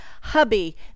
hubby